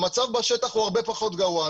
המצב בשטח הוא הרבה פחות גרוע.